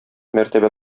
мәртәбә